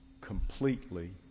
completely